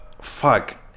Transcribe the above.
fuck